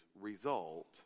result